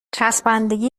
چسبندگی